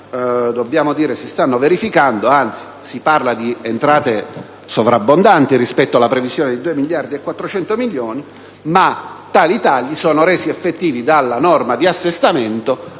si sta verificando. Anzi, si parla di entrate sovrabbondanti rispetto alla previsione di 2 miliardi e 400 milioni, ma tali tagli sono resi effettivi dalla norma di assestamento